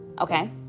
Okay